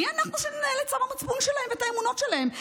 מי אנחנו שננהל את צו המצפון שלהן ואת האמונות שלהן?